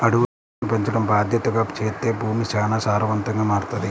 అడవులను పెంచడం బాద్దెతగా చేత్తే భూమి చానా సారవంతంగా మారతది